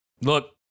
Look